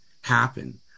happen